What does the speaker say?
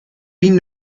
been